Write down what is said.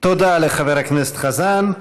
תודה לחבר הכנסת חזן.